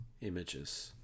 images